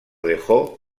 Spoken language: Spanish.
dejó